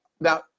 now